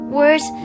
words